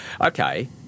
okay